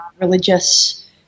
religious